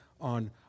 on